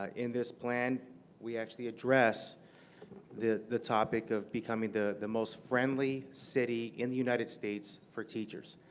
ah in this plan we actually address the the topic of becoming the the most friendly city in the united states for teachers.